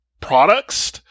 products